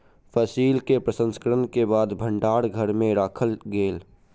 फसिल के प्रसंस्करण के बाद भण्डार घर में राखल गेल